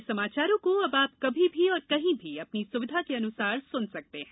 हमारे समाचारों को अब आप कभी भी और कहीं भी अपनी सुविधा के अनुसार सुन सकर्त हैं